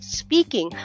speaking